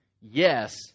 Yes